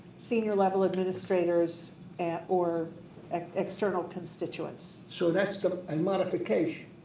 senior level administrators and or external constituents. so that's the. and modification.